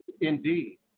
Indeed